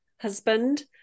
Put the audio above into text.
husband